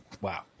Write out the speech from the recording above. Wow